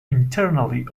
internally